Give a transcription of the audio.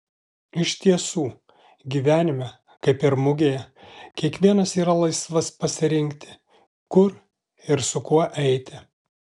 iš tiesų gyvenime kaip ir mugėje kiekvienas yra laisvas pasirinkti kur ir su kuo eiti